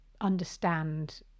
understand